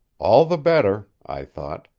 all the better, i thought.